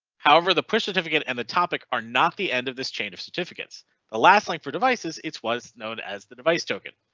however, the push certificate and the topic are not the end of this chain of certificates the last link for devices, it was known as the device token.